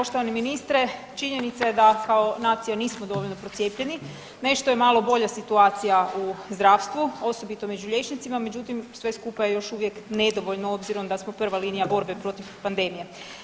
Poštovani ministre, činjenica je da kao nacija nismo dovoljno procijepljeni, nešto je malo bolja situacija u zdravstvu, osobito među liječnicima, međutim sve skupa je još uvijek nedovoljno obzirom da smo prva linija borbe protiv pandemije.